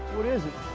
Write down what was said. what is it?